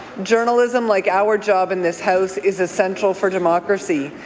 journalism, like our job in this house, is essential for democracy,